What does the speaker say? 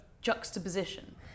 juxtaposition